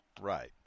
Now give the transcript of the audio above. Right